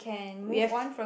we have